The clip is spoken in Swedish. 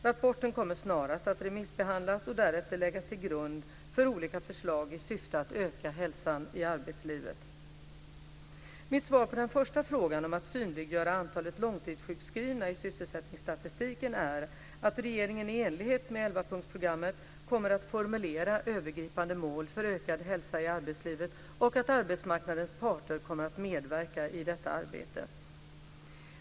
Rapporten kommer snarast att remissbehandlas och därefter läggas till grund för olika förslag i syfte att öka hälsan i arbetslivet. Mitt svar på den första frågan om att synliggöra antalet långtidssjukskrivna i sysselsättningsstatistiken är att regeringen i enlighet med 11-punktsprogrammet kommer att formulera övergripande mål för ökad hälsa i arbetslivet och att arbetsmarknadens parter kommer att medverka i det arbetet.